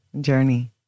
journey